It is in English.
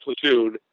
platoon